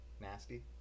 nasty